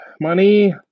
money